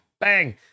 bang